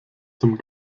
zum